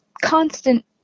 constant